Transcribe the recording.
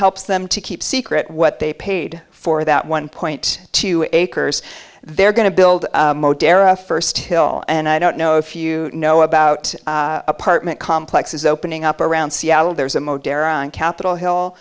helps them to keep secret what they paid for that one point two acres they're going to build a first hill and i don't know if you know about apartment complexes opening up around seattle there's a moderen capitol hill